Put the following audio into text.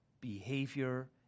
behavior